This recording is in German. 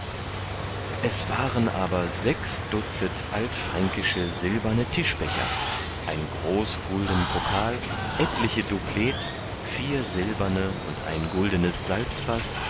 es waren aber sechs dutzet altfränkische silberne tischbecher ein